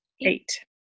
eight